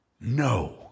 no